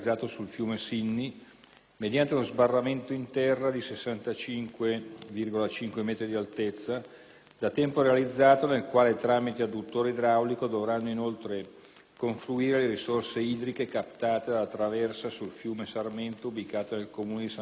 mediante uno sbarramento in terra di 65,5 metri di altezza da tempo realizzato nel quale, tramite adduttore idraulico, dovranno inoltre confluire le risorse idriche captate dalla traversa sul fiume Sarmento ubicata nel Comune di San Giorgio Lucano